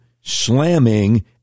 slamming